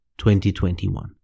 2021